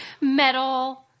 metal